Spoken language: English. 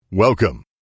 Welcome